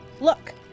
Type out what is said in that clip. Look